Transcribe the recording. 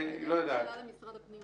שאלה למשרד הפנים